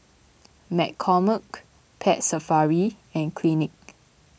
McCormick Pet Safari and Clinique